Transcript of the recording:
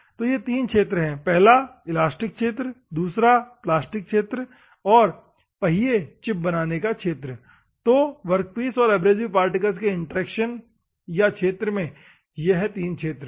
तो ये तीन क्षेत्र है पहला है इलास्टिक क्षेत्र फिर प्लास्टिक क्षेत्र और पहिए चिप बनने का क्षेत्र तो वर्कपीस और एब्रेसिव पार्टिकल के इंटरेक्शन या क्षेत्र में ये तीन क्षेत्र हैं